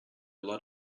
lot